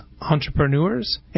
entrepreneurs